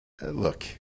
look